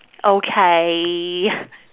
okay